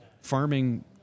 farming